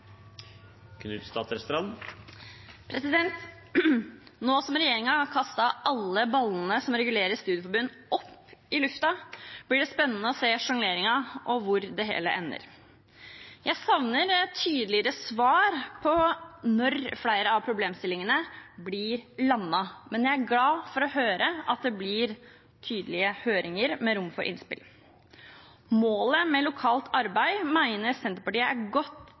Nå som regjeringen har kastet alle ballene som regulerer studieforbund, opp i lufta, blir det spennende å se sjongleringa og hvor det hele ender. Jeg savner et tydeligere svar på når flere av problemstillingene blir landet, men jeg blir glad for å høre at det blir tydelige høringer med rom for innspill. Målet med lokalt arbeid mener Senterpartiet er godt